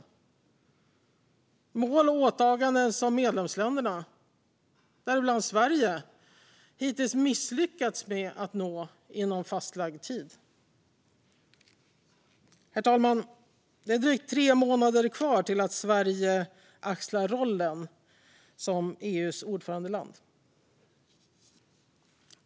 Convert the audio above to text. Det är mål och åtaganden som medlemsländerna, däribland Sverige, hittills misslyckats med att nå inom fastlagd tid. Herr talman! Det är drygt tre månader kvar till att Sverige axlar rollen som EU:s ordförandeland.